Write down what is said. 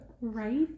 Right